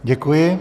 Děkuji.